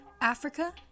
Africa